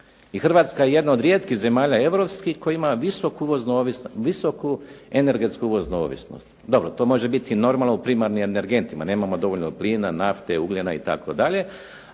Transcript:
i Hrvatska je jedna od rijetkih zemalja europskih koja ima visoku energetsku uvoznu ovisnost. Dobro, to može biti normalno u primarnim energentima. Nemamo dovoljno plina, nafte, ugljena itd., ali